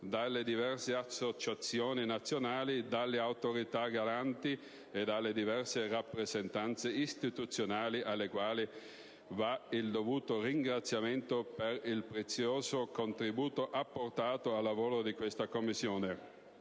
dalle diverse associazioni nazionali, dalle autorità garanti e dalle diverse rappresentanze istituzionali alle quali va il dovuto ringraziamento per il prezioso contributo apportato al lavoro di questa Commissione.